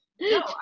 No